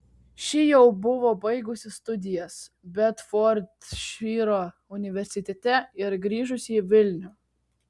ši jau buvo baigusi studijas bedfordšyro universitete ir grįžusi į vilnių